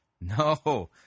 No